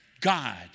God